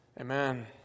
Amen